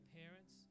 parents